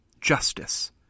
Justice